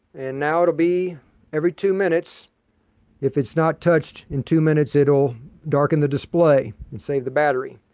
and now it'll be every two minutes if it's not touched in two minutes it'll darken the display and save the battery.